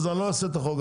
אז אני לא אעשה את החוק,